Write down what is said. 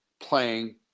playing